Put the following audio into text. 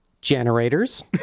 generators